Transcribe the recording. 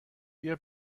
بیا